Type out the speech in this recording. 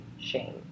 shame